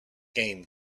game